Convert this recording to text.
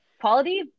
quality